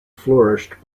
flourished